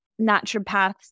naturopaths